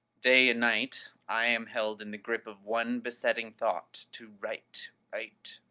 day and night i am held in the grip of one besetting thought, to write, write,